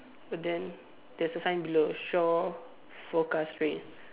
but then there's a sign below shore forecast rain